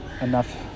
Enough